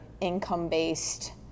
income-based